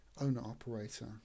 owner-operator